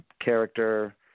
character